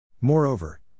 Moreover